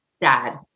Dad